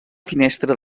finestra